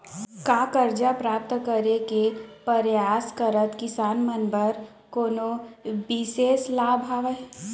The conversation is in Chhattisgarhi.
का करजा प्राप्त करे के परयास करत किसान मन बर कोनो बिशेष लाभ हवे?